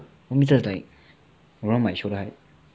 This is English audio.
one metre is like around my shoulder height